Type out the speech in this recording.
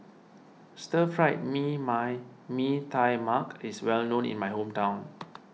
Stir Fried me my Mee Tai Mak is well known in my hometown